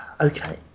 Okay